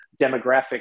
demographic